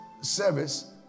service